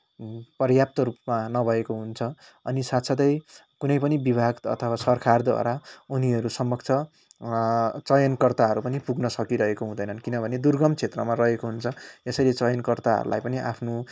पर्याप्त रूपमा नभएको हुन्छ अनि साथसाथै कुनै पनि विभाग अथवा सरकारद्वारा उनीहरू समक्ष चयनकर्ताहरू पनि पुग्न सकिरहेको हुँदैनन् किनभने दर्गम क्षेत्रमा रहेको हुन्छ यसरी चयनकर्ताहरूलाई पनि आफ्नो